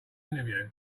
interview